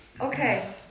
Okay